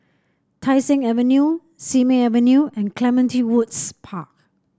Tai Seng Avenue Simei Avenue and Clementi Woods Park